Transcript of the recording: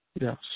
Yes